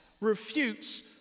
refutes